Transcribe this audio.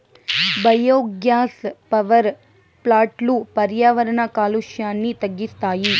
biogas power ప్లాంట్లు పర్యావరణ కాలుష్యాన్ని తగ్గిస్తాయి